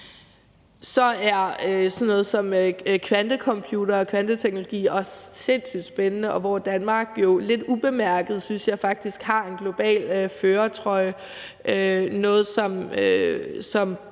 som kvantecomputere og kvanteteknologi også sindssygt spændende, hvor Danmark jo lidt ubemærket, synes jeg faktisk, har den globale førertrøje – noget, som